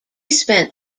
spent